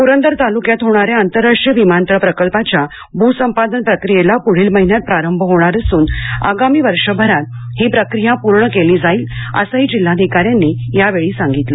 पुरंदर तालुक्यात होणाऱ्या आंतरराष्ट्रीय विमानतळ प्रकल्पाच्या भूसंपादन प्रक्रियेला पुढील महिन्यात प्रारंभ होणार असून आगामी वर्षभरात ही प्रक्रिया पूर्ण केली जाईल असंही जिल्हाधिकाऱ्यांनी यावेळी सांगितलं